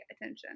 attention